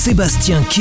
Sébastien